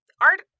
art